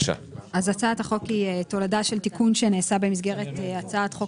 הצעת החוק היא תולדה של תיקון שנעשה במסגרת הצעת חוק